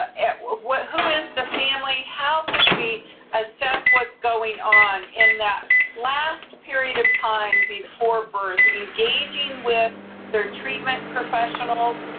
ah who is the family? how could we assess what's going on in that last period of time before birth, engaging with their treatment professionals,